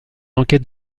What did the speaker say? enquête